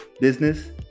business